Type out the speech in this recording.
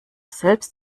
selbst